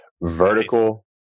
vertical